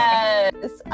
Yes